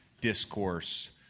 discourse